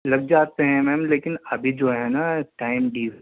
لگ جاتے ہیں میم لیکن ابھی جو ہے نا ٹائم ڈی